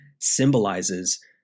symbolizes